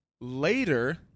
later